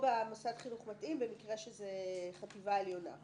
במוסד חינוך מתאים במקרה שזו חטיבה עליונה.